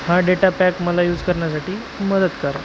हा data pack मला use करण्यासाठी मदत करा